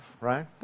right